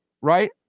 right